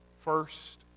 first